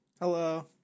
Hello